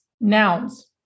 nouns